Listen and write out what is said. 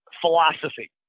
philosophy